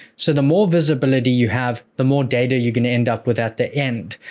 so, the more visibility you have, the more data you're going to end up with at the end.